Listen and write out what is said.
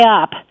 up